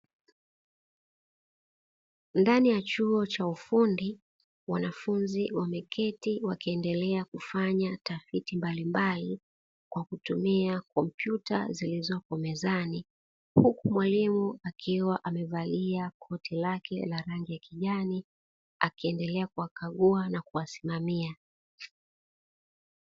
Ndani ya chuo cha ufundi. Wanafunzi wameketi wakiendelea kufanya tafiti mbalimbali kwa kutumia kompyuta zilizopo mezani, huku mwalimu akiwa amevalia koti lake la rangi ya kijani, akiendelea kuwakagua na kuwasimamia.